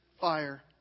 fire